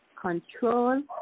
Control